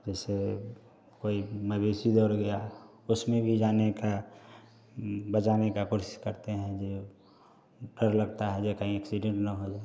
जैसे कोई मवेशी दौड़ गया उसमें भी जाने का बजाने का कोशिश करते हैं जो डर लगता है या कहीं एक्सीडेंट ना हो जाए